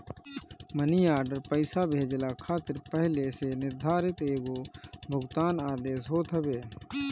मनी order पईसा भेजला खातिर पहिले से निर्धारित एगो भुगतान आदेश होत हवे